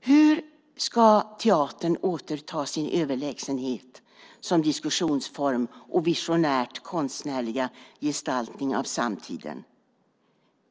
Hur ska teatern återta sin överlägsenhet som diskussionsform och visionärt konstnärlig gestaltning av samtiden?